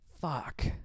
Fuck